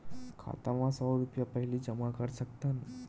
खाता मा सौ रुपिया पहिली जमा कर सकथन?